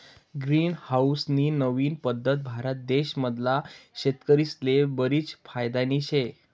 green house नी नवीन पद्धत भारत देश मधला शेतकरीस्ले बरीच फायदानी शे